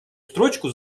строчку